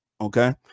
Okay